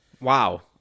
Wow